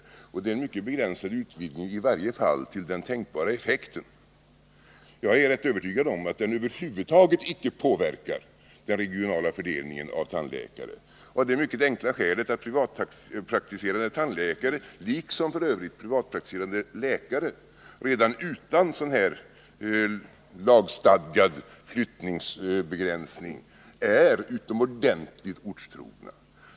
Det är i varje fall en mycket begränsad utvidgning i fråga om den tänkbara effekten. Jag är ganska övertygad om att utvidgningen över huvud taget inte påverkar den regionala fördelningen av tandläkare. Det är jag av det mycket enkla skälet att privatpraktiserande tandläkare, liksom f. ö. privatpraktiserande läkare, redan utan denna lagstadgade flyttningsbegränsning är utomordentligt ortstrogna.